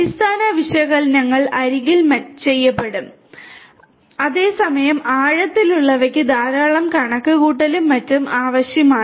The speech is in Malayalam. അടിസ്ഥാന വിശകലനങ്ങൾ അരികിൽ ചെയ്യപ്പെടും അതേസമയം ആഴത്തിലുള്ളവയ്ക്ക് ധാരാളം കണക്കുകൂട്ടലും മറ്റും ആവശ്യമാണ്